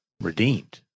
redeemed